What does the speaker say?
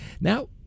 Now